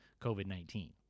COVID-19